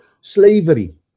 slavery